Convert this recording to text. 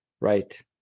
Right